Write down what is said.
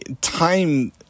time